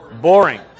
Boring